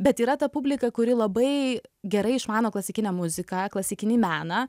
bet yra ta publika kuri labai gerai išmano klasikinę muziką klasikinį meną